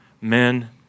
men